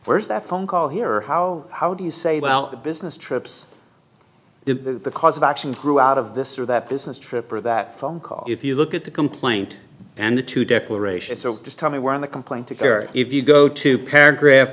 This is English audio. where is that phone call here or how how do you say well the business trips to the cause of action grew out of this or that business trip or that phone call if you look at the complaint and the two declarations so just tell me where in the complaint to care if you go to paragraph